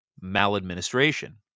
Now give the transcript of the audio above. maladministration